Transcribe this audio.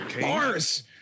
Bars